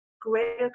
greater